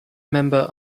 member